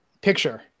Picture